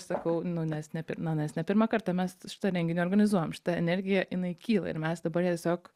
sakau nu nes ne na nes ne pirmą kartą mes šitą renginį organizuojam šita energija jinai kyla ir mes dabar tiesiog